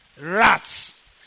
rats